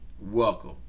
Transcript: Welcome